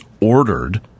ordered